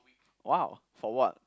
!wow! for what